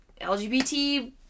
LGBT